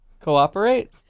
Cooperate